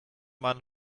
man